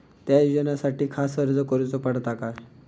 त्या योजनासाठी खास अर्ज करूचो पडता काय?